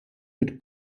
mit